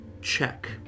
check